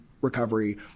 recovery